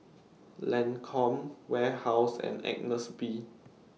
Lancome Warehouse and Agnes B